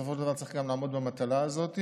בסופו של דבר צריך גם לעמוד במטלה הזאת.